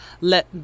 let